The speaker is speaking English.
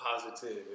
Positive